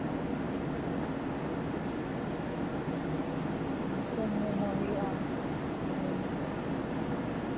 ᱫᱤᱥᱚᱢ ᱧᱮᱞ ᱦᱚᱸ ᱦᱩᱭᱩᱜᱼᱟ ᱠᱟᱹᱢᱤ ᱦᱚᱸ ᱦᱩᱭᱩᱜᱼᱟ